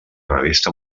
revista